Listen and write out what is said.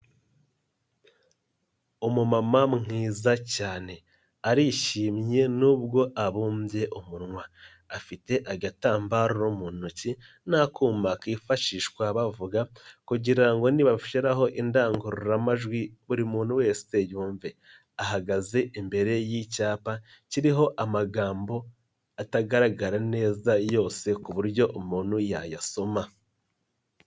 Umu mama mwiza cyane arishimye nubwo abumbye umunwa, afite agatambaro mu ntoki n'akuma kifashishwa bavuga kugira ngo nibashyiraho indangururamajwi buri muntu wese yumve, ahagaze imbere y'icyapa kiriho amagambo atagaragara neza yose ku buryo umuntu yayasoma.